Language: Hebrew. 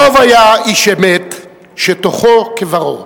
דב היה איש אמת, שתוכו כברו.